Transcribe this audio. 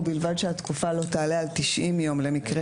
ובלבד שהתקופה לא תעלה על 90 יום למקרה